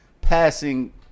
passing